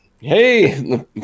hey